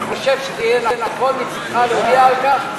אני חושב שזה יהיה נכון מצדך להודיע על כך.